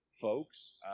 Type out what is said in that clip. folks